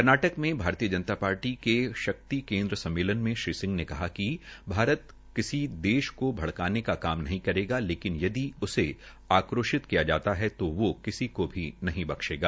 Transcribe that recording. कर्नाटक् में भारतीय जनता पार्टी के शक्ति केन्द्र सम्मलेन में श्री सिंह ने कहा कि भारत किसी देश को भ्ड़कानें का काम नहीं करेगा लेकिन यदि उसे किसी को भी नहीं बख्शेगा